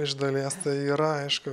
iš dalies tai yra aišku